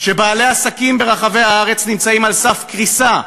שבעלי עסקים ברחבי הארץ נמצאים על סף קריסה,